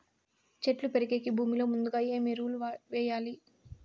చెట్టు పెరిగేకి భూమిలో ముందుగా ఏమి ఎరువులు వేయాలి?